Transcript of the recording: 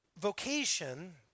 vocation